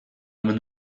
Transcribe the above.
omen